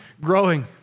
growing